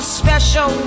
special